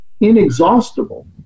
inexhaustible